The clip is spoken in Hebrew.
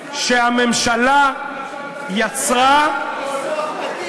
שהממשלה יצרה, זה היה ניסוח עדין.